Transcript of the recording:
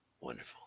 Wonderful